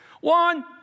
One